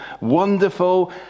wonderful